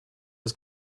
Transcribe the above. des